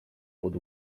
pod